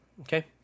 Okay